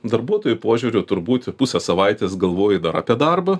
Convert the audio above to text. darbuotojų požiūriu turbūt pusę savaitės galvoji dar apie darbą